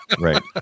Right